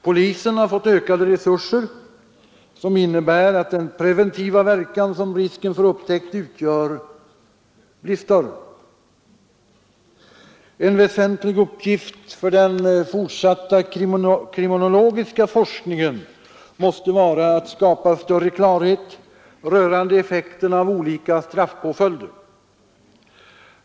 Polisen har fått ökade resurser som innebär att den preventiva verkan som risken för upptäckt utgör, blir större. En väsentlig uppgift för den fortsatta kriminologiska forskningen måste vara att skapa större klarhet rörande effekterna av olika straffpåföljder.